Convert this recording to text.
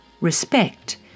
Respect